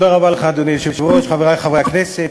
אדוני היושב-ראש, תודה רבה לך, חברי חברי הכנסת.